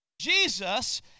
Jesus